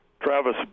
Travis